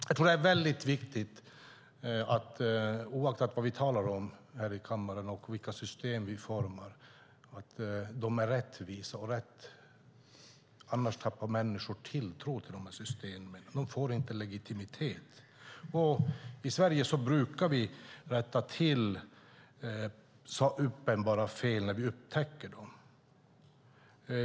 Jag tror att det är viktigt, oavsett vad vi talar om här i kammaren och vilka system vi formar, att systemen är rättvisa. Annars tappar människor tilltro till de här systemen. De får inte legitimitet. I Sverige brukar vi rätta till uppenbara fel när vi upptäcker dem.